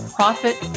Profit